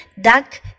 duck